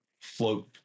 float